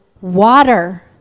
water